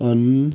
on